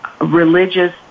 religious